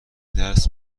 درس